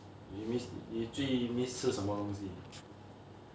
you miss 你最 miss 是什么东西